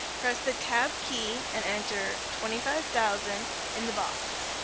press the tab key and enter twenty five thousand in the box.